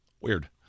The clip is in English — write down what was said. Weird